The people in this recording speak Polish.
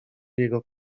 jego